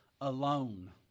alone